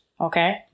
Okay